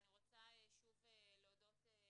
שזו אוכלוסיית הסיכון הכי גבוהה מכל הנהגים